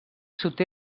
sud